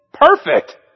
perfect